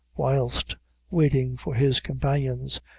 whilst waiting for his companions,